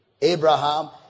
Abraham